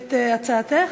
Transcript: את הצעתך.